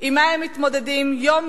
עם מה הם מתמודדים יום-יום,